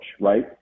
right